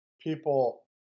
people